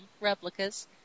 Replicas